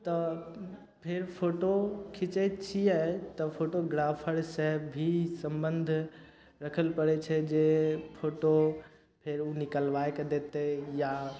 तऽ फेर फोटो खीचय छियै तब फोटोग्राफरसँ भी समबन्ध रखय लए पड़य छै जे फोटो फेर उ निकलबाइके देतय या